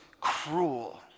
cruel